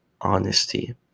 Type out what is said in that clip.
honesty